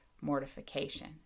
mortification